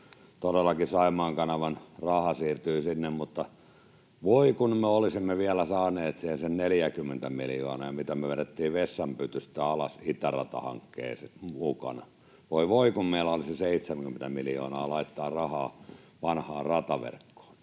todellakin Saimaan kanavan raha siirtyy sinne. Mutta voi, kun me olisimme vielä saaneet siihen sen 40 miljoonaa, mitä me vedettiin vessanpytystä alas itäratahankkeen mukana. Voi voi, kun meillä olisi 70 miljoonaa laittaa rahaa vanhaan rataverkkoon.